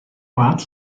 ort